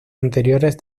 anteriores